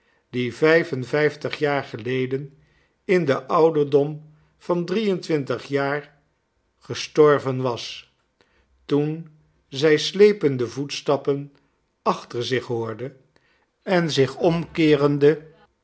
die vijf en vijftig jaar geleden in den ouderdom van drie en twintig jaar gestorven was toen zij slepende voetstappen achter zich hoorde en zich omkeerende